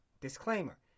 disclaimer